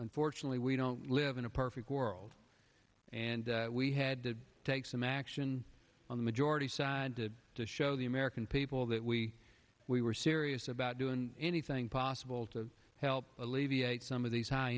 unfortunately we don't live in a perfect world and we had to take some action on the majority side to to show the american people that we we were serious about doing anything possible to help alleviate some of these high